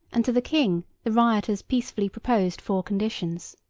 and to the king the rioters peaceably proposed four conditions.